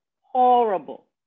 Horrible